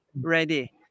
ready